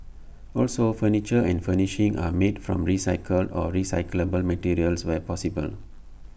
also furniture and furnishings are made from recycled or recyclable materials where possible